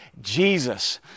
Jesus